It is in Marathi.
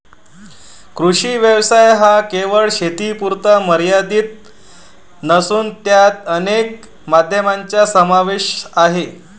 कृषी व्यवसाय हा केवळ शेतीपुरता मर्यादित नसून त्यात अनेक माध्यमांचा समावेश आहे